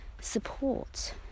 support